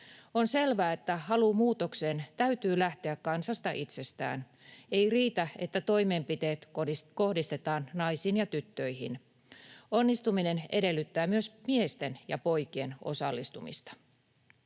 On selvää, että halun muutokseen täytyy lähteä kansasta itsestään. Ei riitä, että toimenpiteet kohdistetaan naisiin ja tyttöihin. Onnistuminen edellyttää myös miesten ja poikien osallistumista.